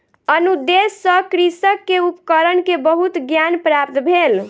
अनुदेश सॅ कृषक के उपकरण के बहुत ज्ञान प्राप्त भेल